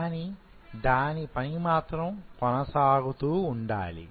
కానీ దాని పని మాత్రం కొనసాగుతూ ఉండాలి